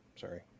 Sorry